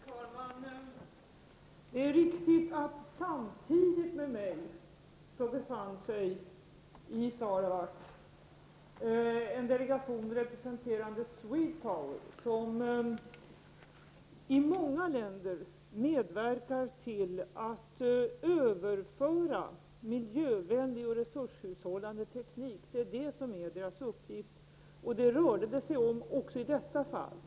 Herr talman! Det är riktigt att det samtidigt med mig befann sig i Sarawak en delegation representerande SwedPower, som i många länder medverkar till att överföra miljövänlig och resurshushållande teknik. Detta är SwedPowers uppgift och det är vad det också rörde sig om i det här fallet.